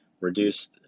reduce